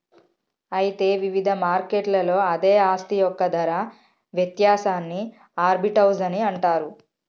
అయితే వివిధ మార్కెట్లలో అదే ఆస్తి యొక్క ధర వ్యత్యాసాన్ని ఆర్బిటౌజ్ అని అంటారు